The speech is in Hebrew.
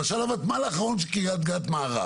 בין אם זה כפר קאסם וראש העין שלא רוצה תחנות